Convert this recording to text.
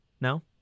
No